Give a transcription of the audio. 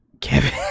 Kevin